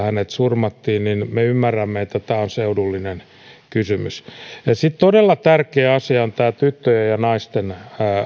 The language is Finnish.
hänet surmattiin niin me ymmärrämme että tämä on seudullinen kysymys sitten todella tärkeä asia on tämä tyttöjen ja naisten